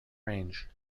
range